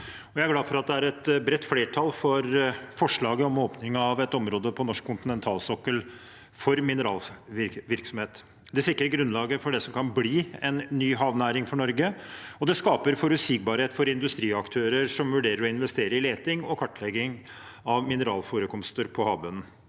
Jeg er glad for at det er et bredt flertall for forslaget om åpning av et område på norsk kontinentalsokkel for mineralvirksomhet. Det sikrer grunnlaget for det som kan bli en ny havnæring for Norge, og det skaper forutsigbarhet for industriaktører som vurderer å investere i leting og kartlegging av mineralforekomster på havbunnen.